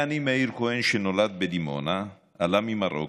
הינה אני, מאיר כהן שנולד בדימונה, עלה ממרוקו,